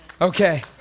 Okay